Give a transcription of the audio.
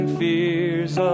fears